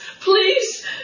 please